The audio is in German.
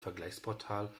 vergleichsportal